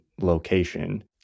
location